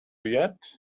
yet